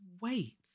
wait